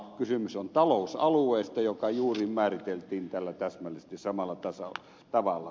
kysymys on talousalueesta joka juuri määriteltiin tällä täsmällisesti samalla tavalla